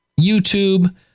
YouTube